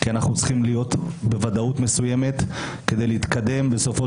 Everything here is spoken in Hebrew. כי אנחנו צריכים להיות בוודאות כדי להתקדם בסופו